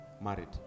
married